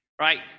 right